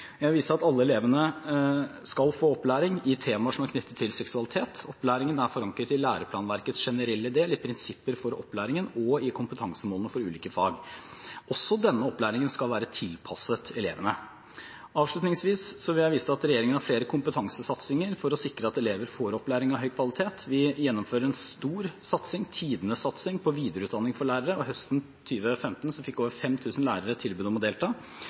Jeg vil vise til at alle elevene skal få opplæring i temaer som er knyttet til seksualitet. Opplæringen er forankret i læreplanverkets generelle del, i Prinsipper for opplæringen og i kompetansemålene for ulike fag. Også denne opplæringen skal være tilpasset elevene. Avslutningsvis vil jeg vise til at regjeringen har flere kompetansesatsinger for å sikre at elever får opplæring av høy kvalitet. Vi gjennomfører en stor satsing – tidenes satsing – på videreutdanning for lærere, og høsten 2015 fikk over 5 000 lærere tilbud om å delta.